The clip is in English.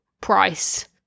price